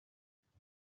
ناراحت